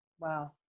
Wow